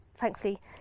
thankfully